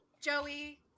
Joey